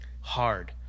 hard